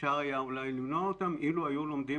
אפשר היה אולי למנוע אותם אילו היו לומדים